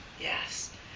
Yes